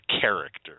character